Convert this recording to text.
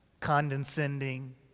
condescending